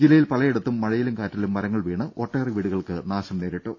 ജില്ലയിൽ പലയിടത്തും മഴയിലും കാറ്റിലും മരങ്ങൾ വീണ് ഒട്ടേറെ വീടുകൾക്ക് നാശം നേരിട്ടു